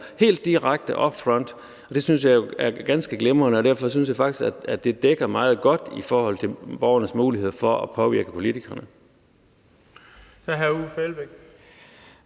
helt direkte up front. Det synes jeg jo er ganske glimrende, og derfor synes jeg faktisk, at det dækker meget godt i forhold til borgernes mulighed for at påvirke politikerne. Kl.